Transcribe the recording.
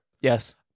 yes